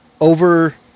over